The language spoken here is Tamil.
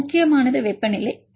முக்கியமானது வெப்பநிலை பி